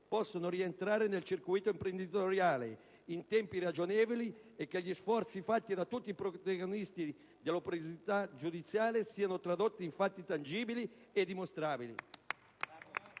possano rientrare nel circuito imprenditoriale in tempi ragionevoli e che gli sforzi fatti da tutti i protagonisti dell'operosità giudiziale siano tradotti in fatti tangibili e dimostrabili.